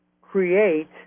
create